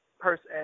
person